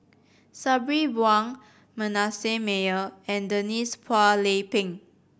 Sabri Buang Manasseh Meyer and Denise Phua Lay Peng